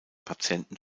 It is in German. patienten